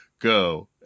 go